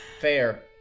fair